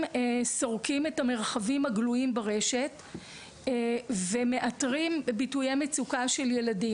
סורקים את המרחבים הגלויים ברשת ומאתרים ביטויי מצוקה של ילדים.